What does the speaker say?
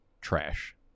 trash